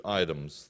items